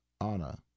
Anna